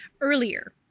earlier